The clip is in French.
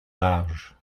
large